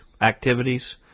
activities